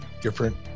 different